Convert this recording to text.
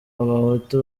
abahutu